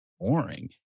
boring